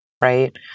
right